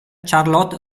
charlotte